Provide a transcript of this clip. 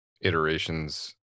iterations